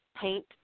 paint